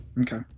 Okay